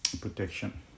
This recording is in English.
protection